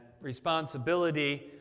responsibility